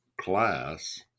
class